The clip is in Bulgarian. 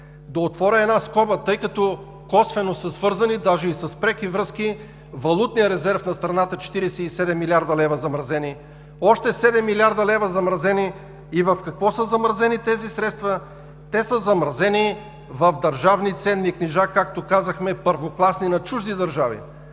Да отворя една скоба. Тъй като косвено са свързани, даже и с преки връзки, валутният резерв на страната – 47 млрд. лв. замразени, още 7 млрд. лв. замразени и в какво са замразени тези средства? Те са замразени в държавни ценни книжа – както казахме – първокласни, на чужди държави.